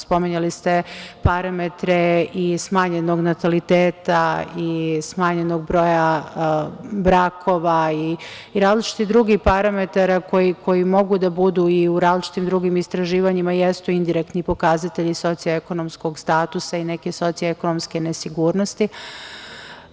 Spominjali ste parametre smanjenog nataliteta, smanjenog broja brakova i različitih drugih parametara koji mogu da budu u drugim različitim istraživanjima jesu indirektni pokazatelji socijalno-ekonomskog statusa i neke socijalno-ekonomske nesigurnosti.